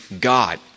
God